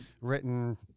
written